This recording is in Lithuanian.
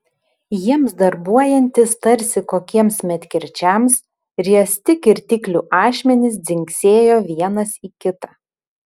jiems darbuojantis tarsi kokiems medkirčiams riesti kirtiklių ašmenys dzingsėjo vienas į kitą